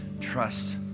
trust